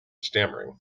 stammering